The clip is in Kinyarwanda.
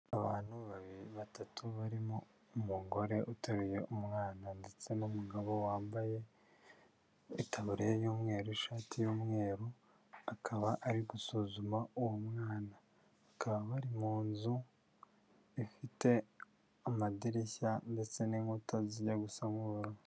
Abantu babiri, batatu barimo umugore uteruye umwana ndetse n'umugabo wambaye itaburiya y'umweru, ishati y'umweru. Akaba arigusuzuma uwo mwana. Bakaba bari mu nzu ifite amadirishya ndetse n'inkuta zijya gusa.